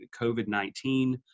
COVID-19